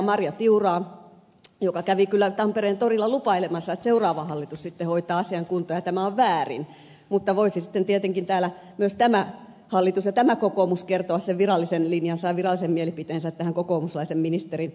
marja tiuraa joka kävi kyllä tampereen torilla lupailemassa että seuraava hallitus sitten hoitaa asian kuntoon ja tämä on väärin mutta voisi sitten tietenkin täällä myös tämä hallitus ja tämä kokoomus kertoa sen virallisen linjansa ja virallisen mielipiteensä tähän kokoomuslaisen ministerin päätökseen